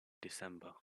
december